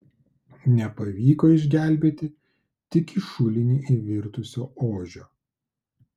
nepavyko išgelbėti tik į šulinį įvirtusio ožio